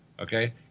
Okay